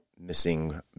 missing